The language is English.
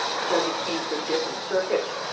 judges came from different circuits,